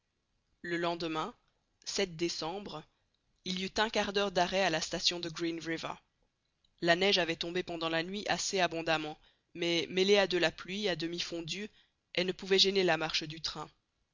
le lendemain décembre il y eut un quart d'heure d'arrêt à la station de green river la neige avait tombé pendant la nuit assez abondamment mais mêlée à de la pluie à demi fondue elle ne pouvait gêner la marche du train